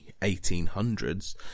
1800s